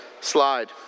Slide